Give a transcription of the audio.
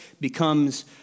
becomes